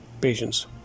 patients